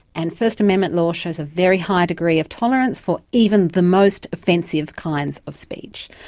and first amendment law shows a very high degree of tolerance for even the most offensive kinds of speech.